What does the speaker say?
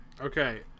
okay